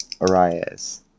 Arias